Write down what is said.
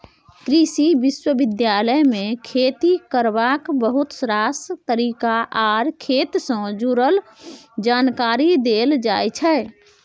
कृषि विश्वविद्यालय मे खेती करबाक बहुत रास तरीका आर खेत सँ जुरल जानकारी देल जाइ छै